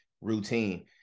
routine